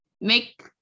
make